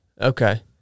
Okay